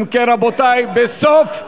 אם כן, רבותי, אדוני,